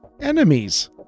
enemies